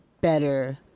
better